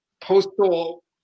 postal